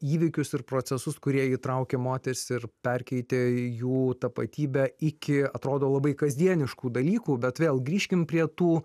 įvykius ir procesus kurie įtraukė moteris ir perkeitė jų tapatybę iki atrodo labai kasdieniškų dalykų bet vėl grįžkim prie tų